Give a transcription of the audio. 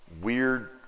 weird